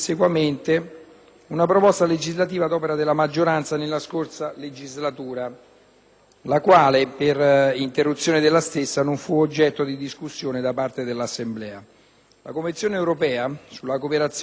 la quale, per l'interruzione della stessa, non fu oggetto di discussione da parte dell'Assemblea. La Convenzione europea sulla cooperazione tra amministrazioni doganali, modificando anche il nostro ordinamento interno,